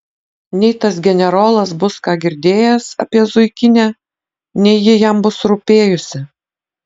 nei tas generolas bus ką girdėjęs apie zuikinę nei ji jam bus rūpėjusi